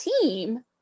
team